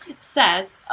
says